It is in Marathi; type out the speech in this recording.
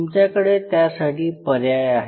तुमच्याकडे त्यासाठी पर्याय आहे